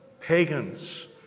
pagans